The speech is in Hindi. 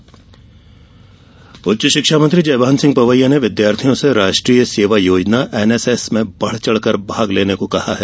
एनएसएस उच्च शिक्षा मंत्री जयभान सिंह पवैया ने विद्यार्थियों से राष्ट्रीय सेवा योजना एनएसस में बढ़चढ़कर भाग लेने को कहा है